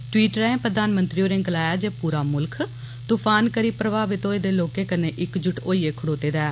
tweet रांए प्रधानमंत्री होरें गलाया जे पूरा मुल्ख तुफान करी प्रभावत होये दे लोकें कन्नै इक जुट होइए खडोते दा ऐ